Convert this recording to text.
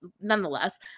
nonetheless